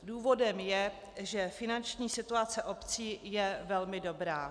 Důvodem je, že finanční situace obcí je velmi dobrá.